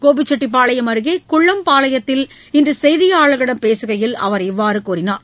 கோபிச்செட்டிப்பாளையம் அருகேகுள்ளம்பாளையத்தில் இன்றுசெய்தியாளர்களிடம் பேசுகையில் அவர் இவ்வாறுகூறினார்